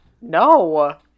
No